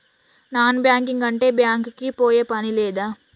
Non banking అంటే bank కి పోయే పని లేదా?